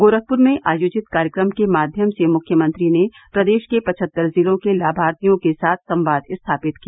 गोरखपुर में आयोजित कार्यक्रम के माध्यम से मुख्यमंत्री ने प्रदेश के पचहत्तर जिलों के लामार्थियों के साथ संवाद स्थापित किया